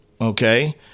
okay